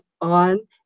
on